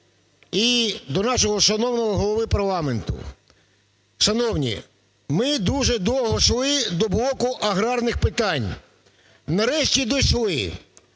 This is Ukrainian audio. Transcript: і до нашого шановного Голови парламенту. Шановні, ми дуже довго йшли до блоку аграрних питань, нарешті дійшли.